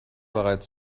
bereits